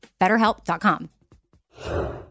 BetterHelp.com